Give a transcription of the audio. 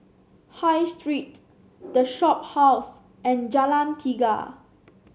High Street The Shophouse and Jalan Tiga